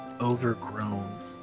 overgrown